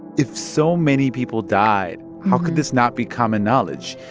if so many people died, how could this not be common knowledge?